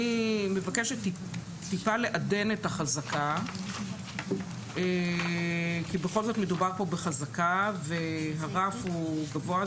אני מבקשת טיפה לעדן את החזקה כי בכל זאת מדובר פה בחזקה והרף הוא גבוה,